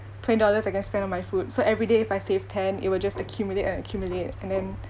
twenty dollars I can spend on my food so everyday if I save ten it will just accumulate and accumulate and then